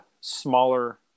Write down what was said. smaller